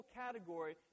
category